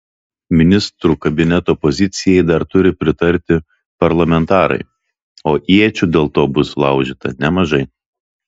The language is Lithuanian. ministrų kabineto pozicijai dar turi pritarti parlamentarai o iečių dėl to bus sulaužyta nemažai